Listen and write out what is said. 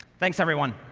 thanks, everyone.